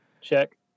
Check